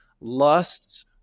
lusts